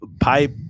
pipe